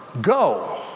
go